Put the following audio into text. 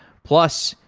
plus,